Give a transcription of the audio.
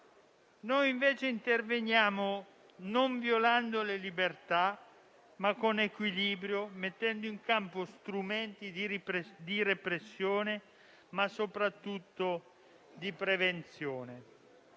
Noi invece interveniamo non violando le libertà, ma con equilibrio, mettendo in campo strumenti di repressione, ma soprattutto di prevenzione.